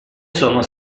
sono